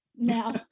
now